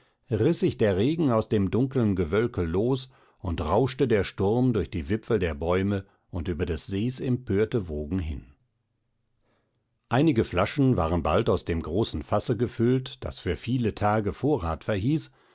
riß sich der regen aus dem dunkeln gewölke los und rauschte der sturm durch die wipfel der bäume und über des sees empörte wogen hin einige flaschen waren bald aus dem großen fasse gefüllt das für viele tage vorrat verhieß